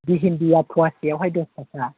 भिन्दिआ पवासेआवहाय दस थाका